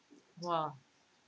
!wah!